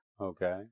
Okay